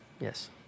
Yes